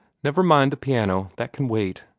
never mind the piano that can wait.